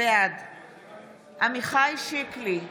בעד עמיחי שיקלי,